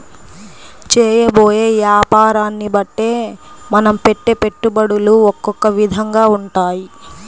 చేయబోయే యాపారాన్ని బట్టే మనం పెట్టే పెట్టుబడులు ఒకొక్క విధంగా ఉంటాయి